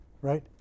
right